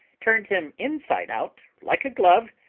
turned him inside out like a glove,